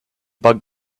bug